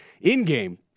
in-game